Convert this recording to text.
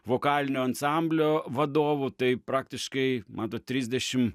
vokalinio ansamblio vadovu tai praktiškai matot trisdešim